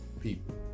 people